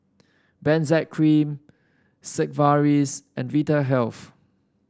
Benzac Cream Sigvaris and Vitahealth